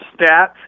stats